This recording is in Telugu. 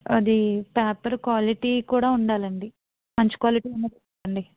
అది పేపర్ క్వాలిటీ కూడా ఉండాలి అండి మంచి క్వాలిటీ ఉన్నది ఇవ్వండి